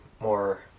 more